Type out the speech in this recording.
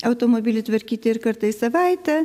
automobilį tvarkyti ir kartą į savaitę